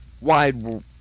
wide